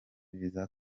visa